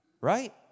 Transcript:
Right